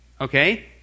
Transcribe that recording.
okay